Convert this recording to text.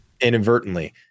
inadvertently